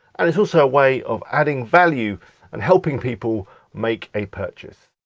and it's also a way of adding value and helping people make a purchase.